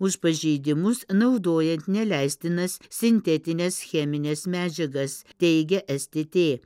už pažeidimus naudojant neleistinas sintetines chemines medžiagas teigia es tė tė